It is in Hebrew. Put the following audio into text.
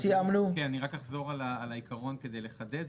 אני רק אחזור על העיקרון כדי לחדד.